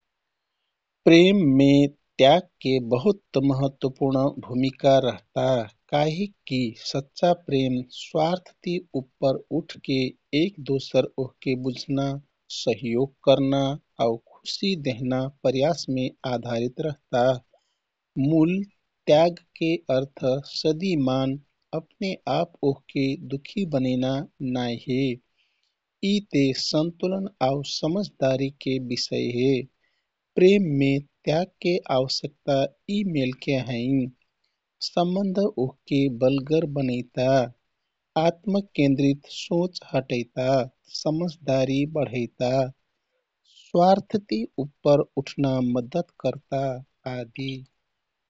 प्रेममे त्यागके बहुत महत्वपूर्ण भूमिका रहता। काहिककि सच्चा प्रेम, स्वार्थ ती उपर उठके एक दोसर ओहके बुझ्ना, सहयोग कर्ना आउ खुशी देहना प्रयासमे आधारित रहता। मूल त्यागके अर्थ सदिमान अपने आप ओहके दुःखी बनैना नाइ हे। यी ते सन्तुलन आउ समझदारीके विषय हे। प्रेममे त्यागके आवश्यकता यि मेलके हैँ। सम्बन्ध ओहके बलगर बनैता, आत्मकेन्द्रि सोच हटैता, समझदारी बढैता, स्वार्थ ती उपर उठना मद्दत करता आदि।